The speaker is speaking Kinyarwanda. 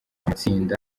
amatsinda